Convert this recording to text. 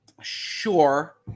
Sure